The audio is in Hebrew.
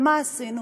ומה עשינו?